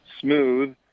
smooth